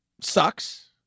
sucks